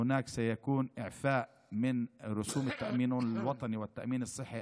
יהיה פטור על ביטוח לאומי וביטוח בריאות.